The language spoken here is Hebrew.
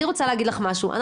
אני רוצה להגיד לך משהו.